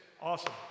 awesome